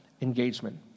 engagement